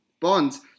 Bonds